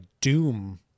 Doom